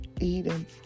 Eden